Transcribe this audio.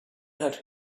had